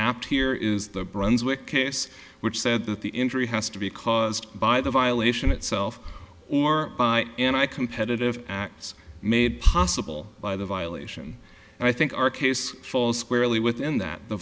apt here is the brunswick case which said that the injury has to be caused by the violation itself or by and i competitive acts made possible by the violation and i think our case falls squarely within that the